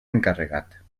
encarregat